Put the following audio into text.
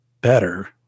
better